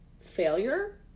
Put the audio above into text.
failure